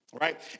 right